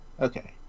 okay